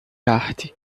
arte